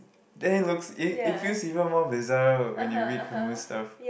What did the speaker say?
then it looks it it feels even more bizarre when you read Kamu stuff